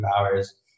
hours